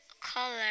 color